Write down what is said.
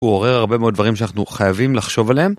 הוא עורר הרבה מאוד דברים שאנחנו חייבים לחשוב עליהם.